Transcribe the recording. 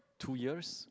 two years